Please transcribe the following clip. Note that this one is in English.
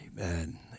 Amen